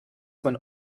man